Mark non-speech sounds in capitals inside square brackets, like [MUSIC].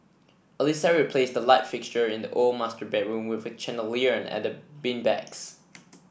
Alissa replaced the light fixture in the old master bedroom with a chandelier and [UNINTELLIGIBLE] beanbags